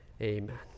amen